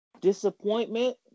disappointment